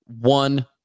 one